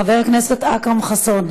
חבר הכנסת אכרם חסון,